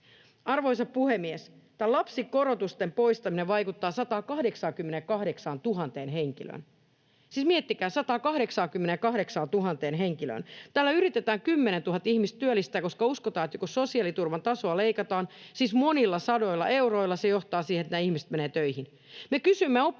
Arvoisa puhemies! Tämä lapsikorotusten poistaminen vaikuttaa 188 000 henkilöön. Siis miettikää: 188 000 henkilöön. Tällä yritetään 10 000 ihmistä työllistää, koska uskotaan, että kun sosiaaliturvan tasoa leikataan monilla sadoilla euroilla, se johtaa siihen, että nämä ihmiset menevät töihin. Me kysymme oppositiosta,